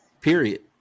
period